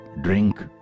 drink